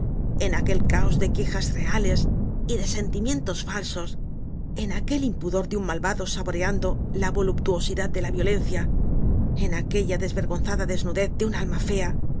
en aquel caos de quejas reales y de sentimientos falsos en aquel impudor de un malvado saboreando la voluptuosidad de la violencia en aquella desvergonzada desnudez de una alma fea